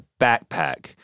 backpack